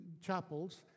chapels